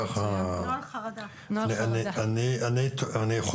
כולכם, יש